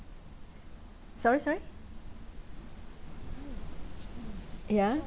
sorry sorry ya